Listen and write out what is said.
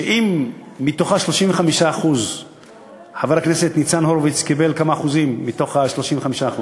שאם מתוך ה-35% חבר הכנסת ניצן הורוביץ קיבל כמה אחוזים מתוך ה-35%?